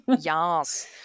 yes